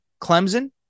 Clemson